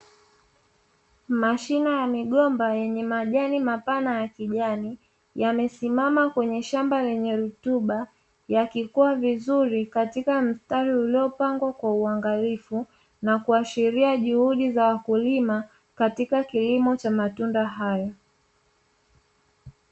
Mashina ya migomba yenye majani mapana ya kijani yamesimama kwenye shamba lenye rutuba, yakikua vizuri katika mstari uliopangwa kwa uangalifu na kuashiria juhudi za wakulima katika kilimo cha matunda hayo.